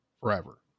forever